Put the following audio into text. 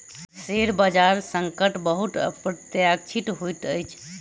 share बजार संकट बहुत अप्रत्याशित होइत अछि